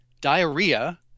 diarrhea